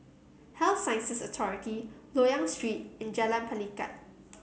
Health Sciences Authority Loyang Street and Jalan Pelikat